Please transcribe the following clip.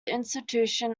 institution